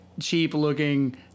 cheap-looking